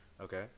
Okay